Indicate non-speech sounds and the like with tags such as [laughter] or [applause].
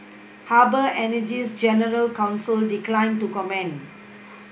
[noise] Harbour Energy's general counsel declined to comment